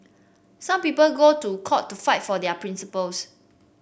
some people go to court to fight for their principles